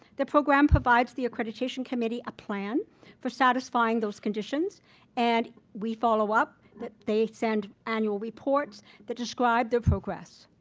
the program provides the accreditation committee a plan for satisfying those conditions and we follow up that they send annual reports that describe their progress.